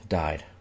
died